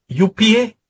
UPA